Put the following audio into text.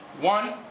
one